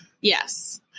Yes